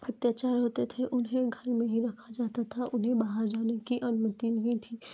अत्याचार होते थे उन्हें घर में ही रखा जाता था उन्हें बाहर जाने की अनुमति नहीं थी